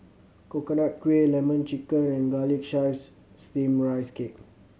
Coconut Kuih Lemon Chicken and Garlic Chives Steamed Rice Cake